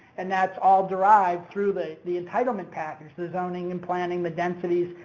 and that's all derived through the the entitlement package, the zoning and planning, the densities,